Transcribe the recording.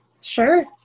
Sure